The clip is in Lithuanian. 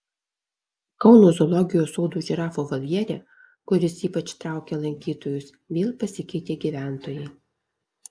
kauno zoologijos sodo žirafų voljere kuris ypač traukia lankytojus vėl pasikeitė gyventojai